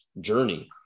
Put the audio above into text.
journey